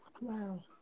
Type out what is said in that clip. Wow